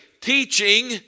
Teaching